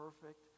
perfect